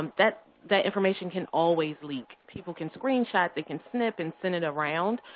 that that information can always leak. people can screenshot. they can snip and send it around.